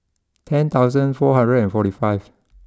ten thousand four hundred and forty five